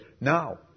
Now